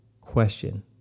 question